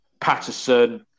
Patterson